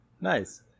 Nice